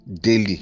Daily